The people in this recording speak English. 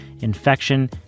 infection